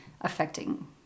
affecting